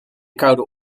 koude